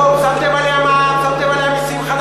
שמתם עליה מע"מ, שמתם עליה מסים, חנקתם אותה.